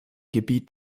gebiet